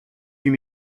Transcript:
huit